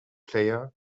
player